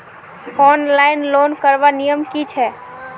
Online loan करवार नियम की छे?